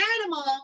animal